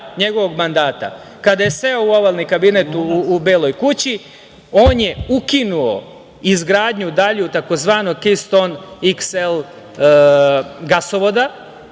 njegovog mandata, kada je seo u ovalni kabinet u Beloj kući on je ukinuo izgradnju dalju tzv. keystone xl gasovoda